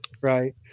right